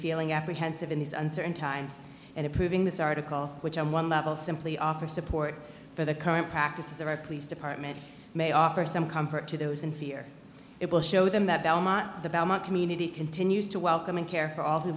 feeling apprehensive in these uncertain times and approving this article which on one level simply offer support for the current practices of our police department may offer some comfort to those in fear it will show them that belmont the belmont community continues to welcome and care for all